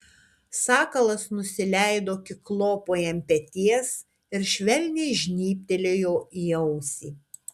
sakalas nusileido kiklopui ant peties ir švelniai žnybtelėjo į ausį